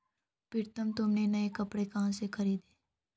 प्रितम तुमने नए कपड़े कहां से खरीदें?